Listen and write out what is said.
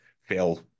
fail